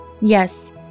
Yes